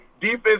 Defense